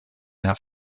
mehr